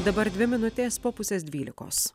dabar dvi minutės po pusės dvylikos